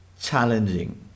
challenging